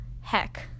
heck